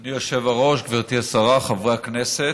אדוני היושב-ראש, גברתי השרה, חברי הכנסת,